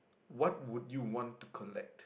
what would you want to collect